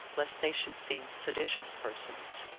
lest they should seem seditious persons.